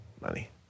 money